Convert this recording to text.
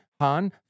Han